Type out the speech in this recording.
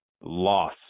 loss